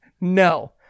No